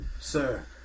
Sir